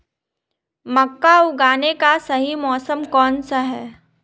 मक्का उगाने का सही मौसम कौनसा है?